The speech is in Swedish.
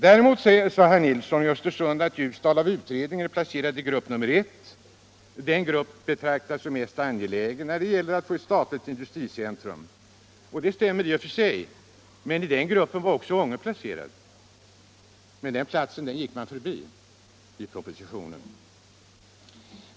Däremot sade herr Nilsson i Östersund att Ljusdal av utredningen placeras i grupp 1, den grupp som betraktas som mest angelägen när det gäller att få ett statligt industricenter. Det stämmer i och för sig, men i den gruppen var också Ånge placerat. Denna plats förbigicks emellertid i propositionen.